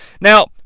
Now